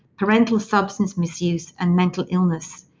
parental substance misuse and mental illness.